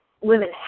women